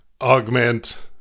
augment